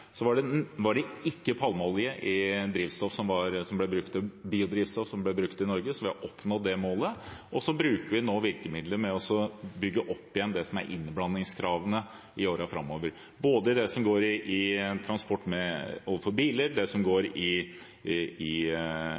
var det ikke palmeolje i biodrivstoff som ble brukt i Norge, så vi har oppnådd det målet. Vi bruker nå virkemiddelet med å bygge opp igjen innblandingskravene i årene framover, både det som går på biltransport, og det som går på luftfarten – der er vi det første landet som har innført et krav om innblanding av biodrivstoff. Det skal gjennomføres i